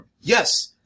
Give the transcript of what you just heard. Yes